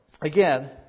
again